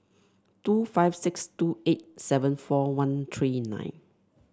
two five six two eight seven four one three nine